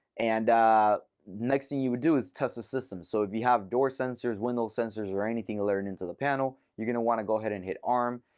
and the next thing you would do is test the system. so if you have door sensors, window sensors, or anything alerting into the panel, you're going to want to go ahead and hit arm.